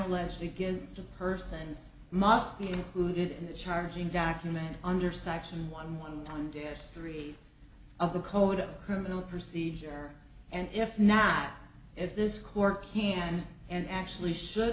allegedly gives to a person must be included in the charging document under section one one hundred s three of the code of criminal procedure and if not if this court can and actually should